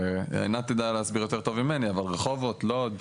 עינת תדע להסביר יותר טוב ממני, אבל רחובות, לוד.